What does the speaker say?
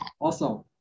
Awesome